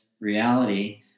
reality